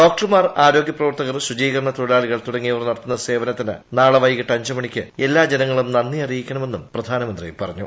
ഡോക്ടർമാർ ആരോഗ്യപ്രവർത്തകർ ശുചീകരണ തൊഴിലാളികൾ തുടങ്ങിയവർ നടത്തുന്ന സേവനത്തിന് നാളെ വൈകിട്ട് അഞ്ച് മണിക്ക് എല്ലാ ജനങ്ങളും നന്ദി അറിയിക്കണമെന്നും പ്രധാനമന്ത്രി പറഞ്ഞു